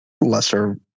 lesser